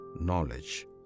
knowledge